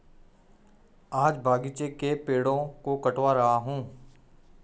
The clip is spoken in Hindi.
आज बगीचे के पेड़ों को कटवा रहा हूं